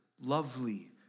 lovely